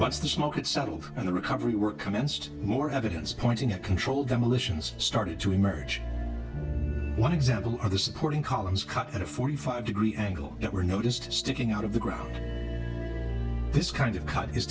what's the smoke it settled and the recovery work commenced more evidence pointing at controlled demolitions started to emerge one example of the supporting columns cut at a forty five degree angle that were noticed sticking out of the ground this kind of cut is